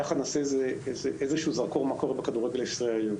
נשים זרקור על מה קורה בכדורגל הישראלי.